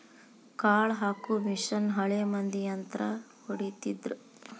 ಕಾಳ ಹಾಕು ಮಿಷನ್ ಹಳೆ ಮಂದಿ ಯಂತ್ರಾ ಹೊಡಿತಿದ್ರ